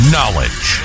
Knowledge